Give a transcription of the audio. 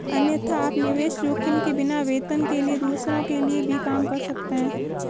अन्यथा, आप निवेश जोखिम के बिना, वेतन के लिए दूसरों के लिए भी काम कर सकते हैं